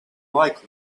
likely